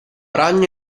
ragno